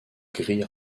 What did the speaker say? gris